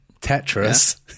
Tetris